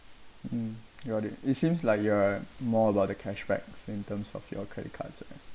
mm got it it seems like you're more about the cash back in terms of your credit cards eh